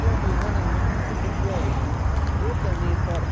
क्योंकि इन्होंने यह भी सिद्ध किया है कि योग करने पर